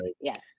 yes